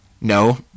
No